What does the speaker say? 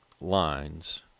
lines